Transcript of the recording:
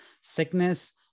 sickness